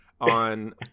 on